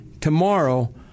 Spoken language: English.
tomorrow